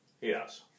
Yes